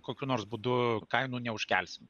kokiu nors būdu kainų neužkelsim